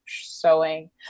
sewing